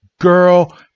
girl